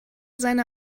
seine